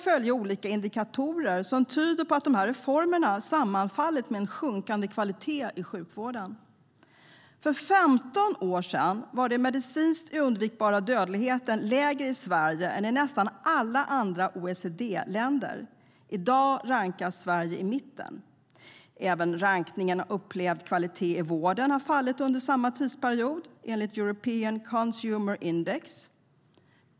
Flera tydliga indikatorer tyder på att dessa reformer sammanfallit med en sjunkande kvalitet i sjukvården. För 15 år sedan var den medicinskt undvikbara dödligheten lägre i Sverige än i nästan alla andra OECD-länder. I dag rankas Sverige i mitten. Även rankningen av upplevd kvalitet i vården har fallit under samma tidsperiod, enligt European Consumer Index.